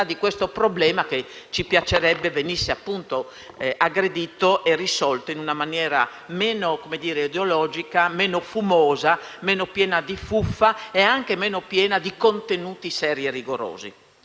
di questo problema, che ci piacerebbe venisse aggredito e risolto in una maniera meno ideologica, meno fumosa, meno piena di fuffa e più ricca di contenuti seri e rigorosi.